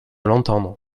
l’entendre